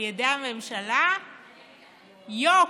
על ידי הממשלה, יוק,